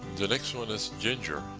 the next one is ginger.